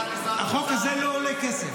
החוק הזה לא עולה כסף.